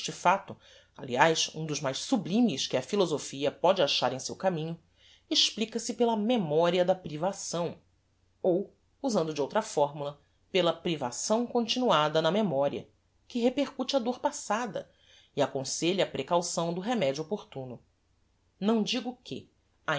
facto aliás um dos mais sublimes que a philosophia póde achar em seu caminho explica-se pela memoria da privação ou usando de outra fórmula pela privação continuada na memoria que repercute a dor passada e aconselha a precaução do remedio opportuno não digo que